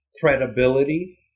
credibility